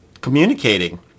communicating